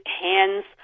hands